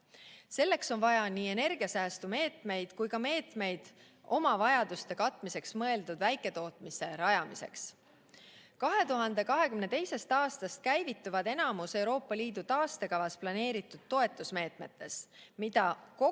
Selleks on vaja nii energiasäästu meetmeid kui ka meetmeid oma vajaduste katmiseks mõeldud väiketootmiste rajamiseks. 2022. aastast käivitub enamik Euroopa Liidu taastekavas planeeritud toetusmeetmetest, mida kokku